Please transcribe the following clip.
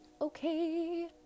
okay